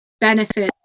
benefits